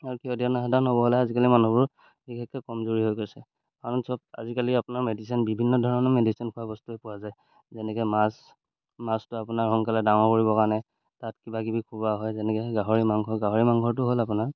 আৰু ক্ষতি সাধন হ'ব হ'লে আজিকালি মানুহবোৰ বিশেষকৈ কমজুৰি হৈ গৈছে কাৰণ চব আজিকালি আপোনাৰ মেডিচিন বিভিন্ন ধৰণৰ মেডিচিন খোৱা বস্তুৱে পোৱা যায় যেনেকৈ মাছ মাছটো আপোনাৰ সোনকালে ডাঙৰ কৰিবৰ কাৰণে তাত কিবাকিবি খোৱা হয় যেনেকৈ গাহৰি মাংস গাহৰি মাংসটো হ'ল আপোনাৰ